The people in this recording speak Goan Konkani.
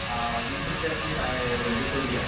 आं वीस रुपयाची धा व्हडली चुडी हा